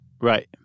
Right